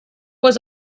was